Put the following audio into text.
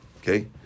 Okay